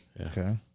Okay